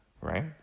right